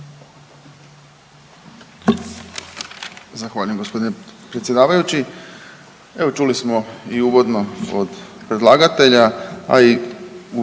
Zahvaljujem g. predsjedavajući. Evo, čuli smo i uvodno od predlagatelja, a i